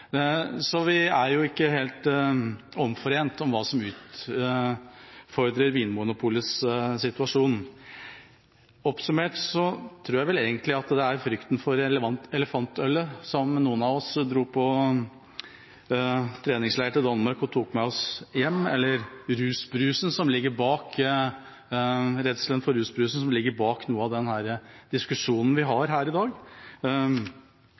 Så vi er jo ikke helt omforent om hva som utfordrer Vinmonopolets situasjon. Oppsummert tror jeg vel egentlig at det er frykten for elefantølet, som noen av oss tok med oss hjem fra treningsleirer i Danmark, eller redselen for rusbrusen, som ligger bak noe av denne diskusjonen vi har her i dag,